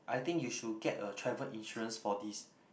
I think you should get a travel insurance for this